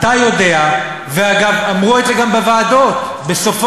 אתה יושב ואצלך במפלגה חבורה